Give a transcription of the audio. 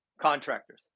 contractors